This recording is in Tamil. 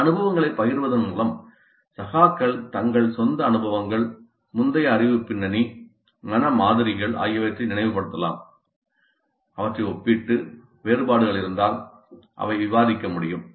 இந்த அனுபவங்களைப் பகிர்வதன் மூலம் சகாக்கள் தங்கள் சொந்த அனுபவங்கள் முந்தைய அறிவு பின்னணி மன மாதிரிகள் ஆகியவற்றை நினைவு படுத்தலாம் அவற்றை ஒப்பிட்டு வேறுபாடுகள் இருந்தால் அவை விவாதிக்க முடியும்